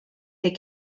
they